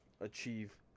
achieve